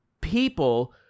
people